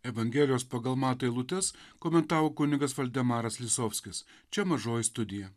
evangelijos pagal matą eilutes komentavo kunigas valdemaras lisovskis čia mažoji studija